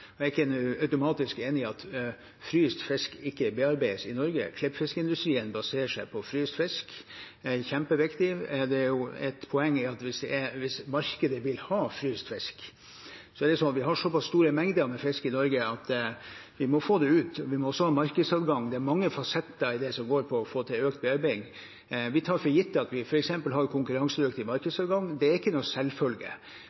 Jeg er ikke automatisk enig i at fryst fisk ikke bearbeides i Norge. Klippfiskindustrien baserer seg på fryst fisk. Det er kjempeviktig. Et poeng er at hvis markedet vil ha fryst fisk, er det sånn at vi har såpass store mengder med fisk i Norge at vi må få det ut. Vi må også ha markedsadgang. Det er mange fasetter i det som går på å få til økt bearbeiding. Vi tar for gitt at vi f.eks. har